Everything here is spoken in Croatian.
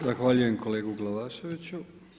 Zahvaljujem kolegi Glavaševiću.